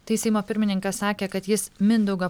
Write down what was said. tai seimo pirmininkas sakė kad jis mindaugą